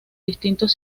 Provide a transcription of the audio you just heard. distintos